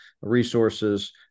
resources